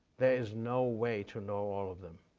there is no way to know all of them.